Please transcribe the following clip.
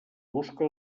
busca